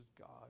God